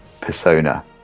persona